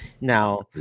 Now